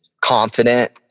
confident